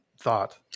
thought